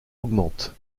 augmente